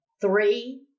Three